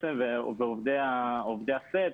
עובדי הסט,